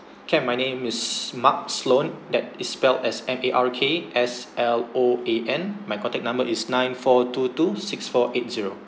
can my name is mark sloan that is spelled as m a r k s l o a n my contact number is nine four two two six four eight zero